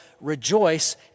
rejoice